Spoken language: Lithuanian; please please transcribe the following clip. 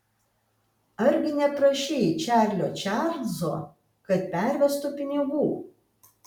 argi neprašei čarlio čarlzo kad pervestų pinigų